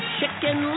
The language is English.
Chicken